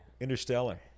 Interstellar